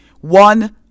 one